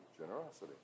generosity